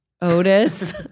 Otis